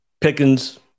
Pickens